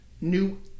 new